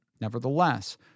nevertheless